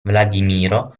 vladimiro